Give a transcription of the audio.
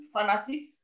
fanatics